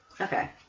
Okay